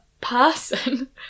person